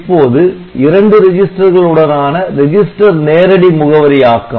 இப்போது இரண்டு ரிஜிஸ்டர்கள் உடனான ரெஜிஸ்டர் நேரடி முகவரியாக்கம்